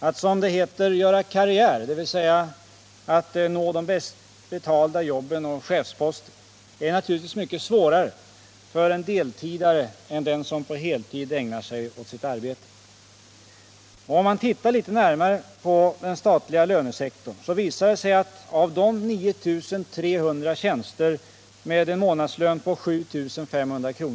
Att, som det heter, göra karriär — dvs. att nå de bäst betalda jobben och chefsposter — är naturligtvis mycket svårare för en deltidare än för den som på heltid ägnar sig åt sitt arbete. Om man tittar litet närmare på den statliga lönesektorn, visar det sig i fråga om 9 300 tjänster med en månadslön på 7 500 kr.